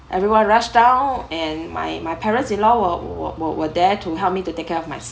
everyone rushed down and my my parents in law were were were there to help me to take care of my